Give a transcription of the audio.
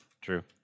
True